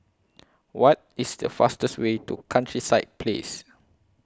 What IS The fastest Way to Countryside Place